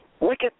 Wicked